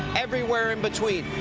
everywhere in between.